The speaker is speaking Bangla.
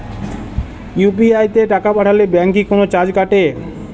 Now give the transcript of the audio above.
ইউ.পি.আই তে টাকা পাঠালে ব্যাংক কি কোনো চার্জ কাটে?